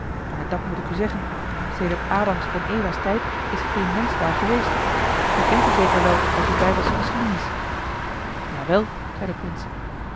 maar dat moet ik u zeggen sedert adams en eva's tijd is geen mensch daar geweest ge kent die zeker wel uit uw bijbelsche geschiedenis jawel zei de prins